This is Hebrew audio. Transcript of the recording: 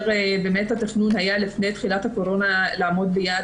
התכנון לפני תחילת הקורונה היה לעמוד ביעד